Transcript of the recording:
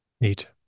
Neat